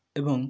ଏବଂ